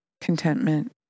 contentment